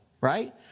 right